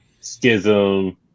Schism